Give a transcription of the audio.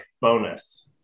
bonus